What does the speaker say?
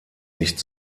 nicht